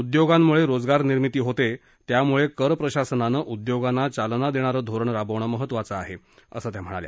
उद्योगांमुळे रोजगारनिर्मिती होते त्यामुळे करप्रशासनानं उद्योगांना चालना देणारं धोरण राबवणं महत्त्वाचं आहे असं त्या म्हणाल्या